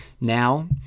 Now